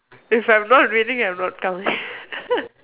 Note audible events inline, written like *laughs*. if I am not winning I am not coming *laughs*